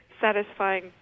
satisfying